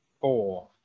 four